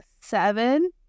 seven